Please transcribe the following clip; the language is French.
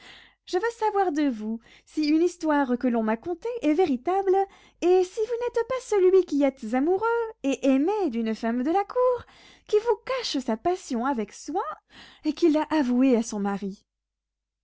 je veux savoir de vous si une histoire que l'on m'a contée est véritable et si vous n'êtes pas celui qui êtes amoureux et aimé d'une femme de la cour qui vous cache sa passion avec soin et qui l'a avouée à son mari